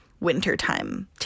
wintertime